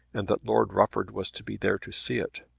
and that lord rufford was to be there to see it,